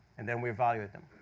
and then we evaluate them.